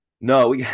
no